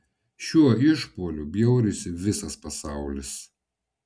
šiuo išpuoliu bjaurisi visas pasaulis